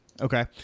Okay